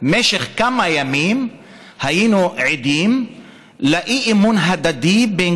במשך כמה ימים היינו עדים לאי-אמון הדדי בין